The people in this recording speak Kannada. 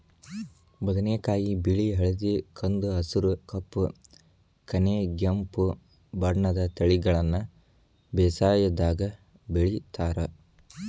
ಬದನೆಕಾಯಿ ಬಿಳಿ ಹಳದಿ ಕಂದು ಹಸುರು ಕಪ್ಪು ಕನೆಗೆಂಪು ಬಣ್ಣದ ತಳಿಗಳನ್ನ ಬೇಸಾಯದಾಗ ಬೆಳಿತಾರ